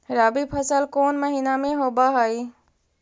रबी फसल कोन महिना में होब हई?